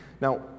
Now